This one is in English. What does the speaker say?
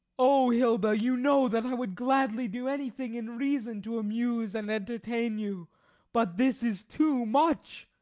oh, hilda, you know that i would gladly do anything in reason to amuse and enter tain you but this is too much!